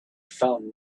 found